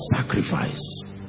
sacrifice